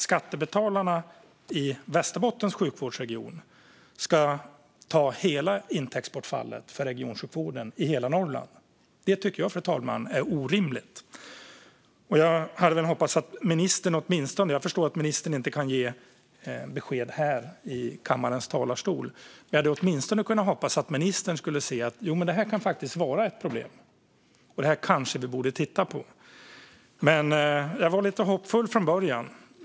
Skattebetalarna i Västerbottens sjukvårdsregion ska ta hela intäktsbortfallet för regionsjukvården i hela Norrland. Det tycker jag är orimligt, fru talman. Jag förstår att ministern inte kan ge besked här i kammarens talarstol. Men jag hade åtminstone hoppats att ministern skulle kunna se att det kan vara ett problem och att vi kanske borde titta på det. Jag var lite hoppfull från början.